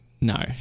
no